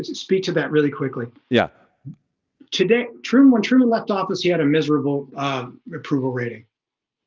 speak to that really quickly. yeah today truman when truman left office he had a miserable, ah approval rating